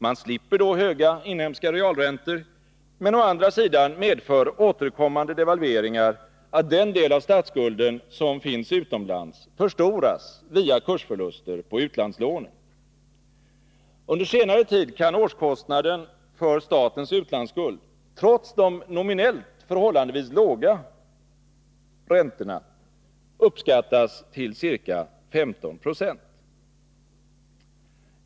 Man slipper då höga inhemska realräntor, men å andra sidan medför återkommande devalveringar att den del av statsskulden som finns utomlands förstoras via kursförluster på utlandslånen. Under senare tid kan årskostnaden för statens utlandsskuld trots de nominellt förhållandevis låga räntorna uppskattas till ca 15 26.